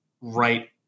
right